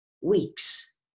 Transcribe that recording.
Weeks